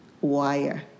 wire